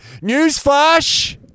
Newsflash